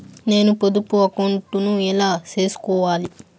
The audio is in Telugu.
నేను పొదుపు అకౌంటు ను ఎలా సేసుకోవాలి?